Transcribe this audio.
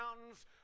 mountains